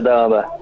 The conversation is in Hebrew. תודה רבה.